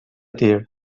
tir